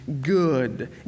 good